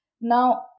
Now